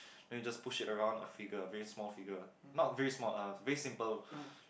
then you just push it around a figure a very small figure not very small uh very simple